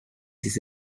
ses